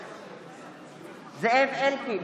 בעד זאב אלקין,